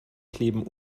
kleben